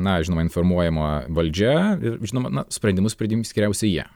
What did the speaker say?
na žinoma informuojama valdžia ir žinoma na sprendimus priims tikriausiai jie